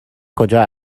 کجا